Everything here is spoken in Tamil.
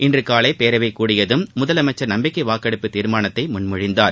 இன்று காலை பேரவைக் கூடியதும் முதலமைச்சர் நம்பிக்கை வாக்கெடுப்பு தீர்மானத்தை முன்மொழிந்தார்